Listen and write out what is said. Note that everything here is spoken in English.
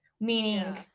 Meaning